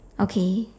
okay